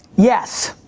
yes.